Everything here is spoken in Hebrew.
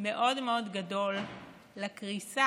מאוד מאוד גדול לקריסה